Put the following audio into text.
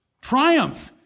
Triumph